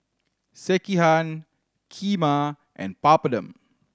Sekihan Kheema and Papadum